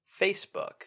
Facebook